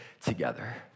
together